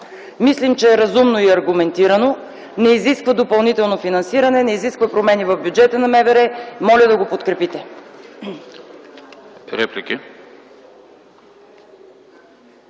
Мислим, че е разумно и аргументирано – не изисква допълнително финансиране, не изисква промени в бюджета на МВР. Моля да подкрепите